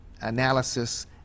analysis